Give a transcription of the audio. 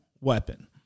weapon